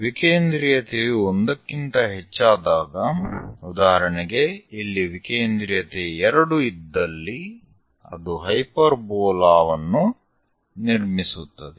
ವಿಕೇಂದ್ರೀಯತೆಯು 1 ಕ್ಕಿಂತ ಹೆಚ್ಚಾದಾಗ ಉದಾಹರಣೆಗೆ ಇಲ್ಲಿ ವಿಕೇಂದ್ರೀಯತೆ 2 ಇದ್ದಲ್ಲಿ ಅದು ಹೈಪರ್ಬೋಲಾ ವನ್ನು ನಿರ್ಮಿಸುತ್ತದೆ